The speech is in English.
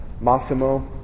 Massimo